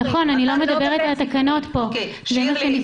שירלי,